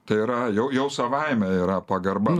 tai yra jau jau savaime yra pagarba